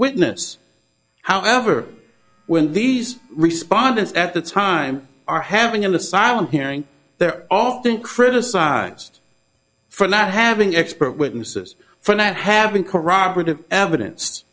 witness however when these responses at the time are having an asylum hearing they're often criticized for not having expert witnesses for not having corroborative evidence